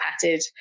patted